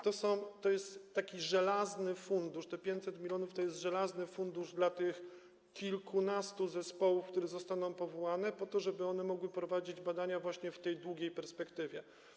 To jest żelazny fundusz, 500 mln to jest żelazny fundusz dla tych kilkunastu zespołów, które zostaną powołane, po to żeby one mogły prowadzić badania właśnie w długiej perspektywie.